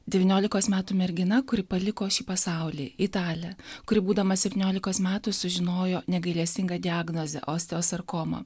devyniolikos metų mergina kuri paliko šį pasaulį italė kuri būdama septyniolikos metų sužinojo negailestingą diagnozę osteosarkoma